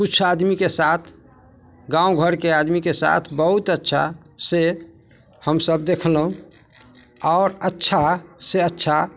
किछु आदमीके साथ गाँव घरके आदमीके साथ बहुत अच्छासँ हमसब देखलहुँ आओर अच्छा सँ अच्छा